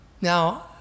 Now